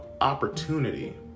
opportunity